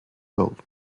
old